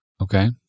Okay